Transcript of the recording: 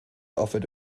offered